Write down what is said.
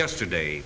yesterday